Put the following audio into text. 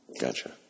Gotcha